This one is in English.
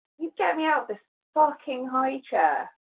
you get me out this fucking high chair